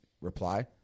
reply